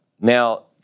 Now